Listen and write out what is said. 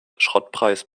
schrottpreis